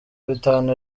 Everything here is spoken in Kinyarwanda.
bitanu